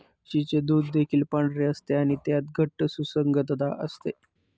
म्हशीचे दूध देखील पांढरे असते आणि त्यात घट्ट सुसंगतता असते